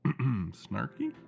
snarky